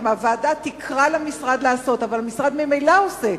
הוועדה תקרא למשרד לעשות, אבל המשרד ממילא עושה.